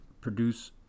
produce